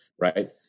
right